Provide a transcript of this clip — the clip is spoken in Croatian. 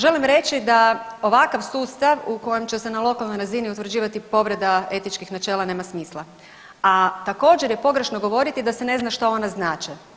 Želim reći da ovakav sustav u kojem će se na lokalnoj razini utvrđivati etičkih načela nema smisla, a također je pogrešno govoriti da se ne zna što one znače.